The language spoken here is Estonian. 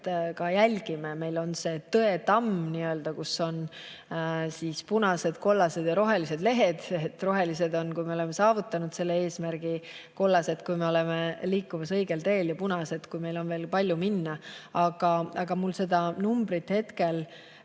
ka jälgime, meil on see nii-öelda Tõetamm, kus on punased, kollased ja rohelised lehed. Rohelised on, kui me oleme saavutanud eesmärgi, kollased, kui me liigume õigel teel, ja punased, kui meil on veel palju minna. Aga mul seda numbrit hetkel